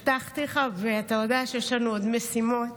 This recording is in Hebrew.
הבטחתי לך, ואתה יודע שיש לנו עוד משימות.